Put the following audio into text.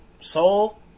soul